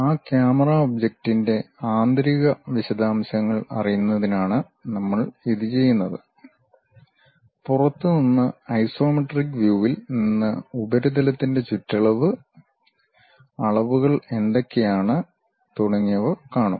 ആ ക്യാമറ ഒബ്ജക്റ്റിന്റെ ആന്തരീക വിശദാംശങ്ങൾ അറിയുന്നതിനാണ് നമ്മൾ ഇത് ചെയ്യുന്നത് പുറത്ത് നിന്ന് ഐസോമെട്രിക് വ്യൂവിൽ നിന്ന് ഉപരിതലത്തിന്റെ ചുറ്റളവ് അളവുകൾ എന്തൊക്കെയാണ് തുടങ്ങിയവ കാണും